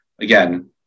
again